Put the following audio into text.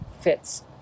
fits